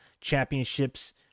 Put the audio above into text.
championships